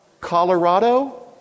Colorado